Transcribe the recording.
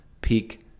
Peak